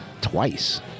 twice